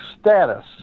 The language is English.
status